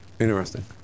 Interesting